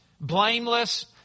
blameless